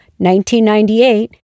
1998